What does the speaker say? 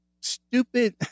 stupid